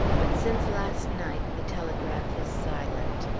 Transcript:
but since last night the telegraph is silent.